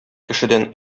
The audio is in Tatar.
кешедән